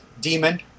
demon